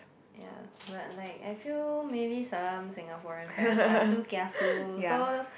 ya but like I feel maybe some Singaporean parents are too kiasu so